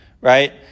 Right